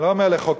אני לא אומר לחוקק,